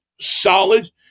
solid